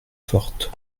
forte